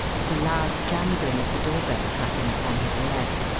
the loud jangling of the door bell cut in upon his words.